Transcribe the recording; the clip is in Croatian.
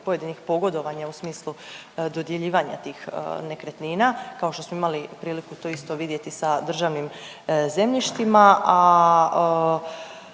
pojedinih pogodovanja u smislu dodjeljivanja tih nekretnina kao što smo imali priliku to isto vidjeti sa državnim zemljištima,